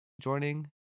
joining